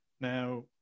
Now